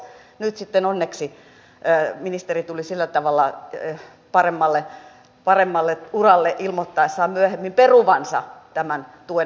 nyt sitten onneksi ministeri tuli sillä tavalla paremmalle uralle ilmoittaessaan myöhemmin peruvansa tämän tuen heikennyksen